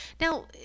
Now